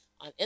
on